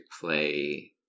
play